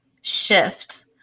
shift